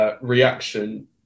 Reaction